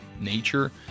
nature